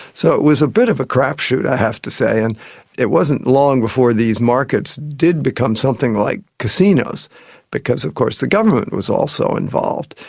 so it was a bit of a crapshoot, i have to say, and it wasn't long before these markets did become something like casinos because of course the government was also involved,